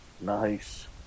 Nice